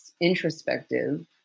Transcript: introspective